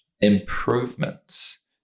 improvements